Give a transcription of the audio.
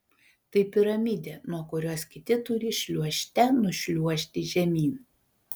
tai piramidė nuo kurios kiti turi šliuožte nušliuožti žemyn